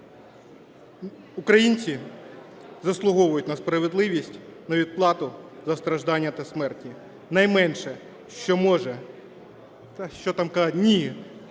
українці заслуговують на справедливість, на відплату за страждання та смерті. Найменше, що може, та, що там казати, ні,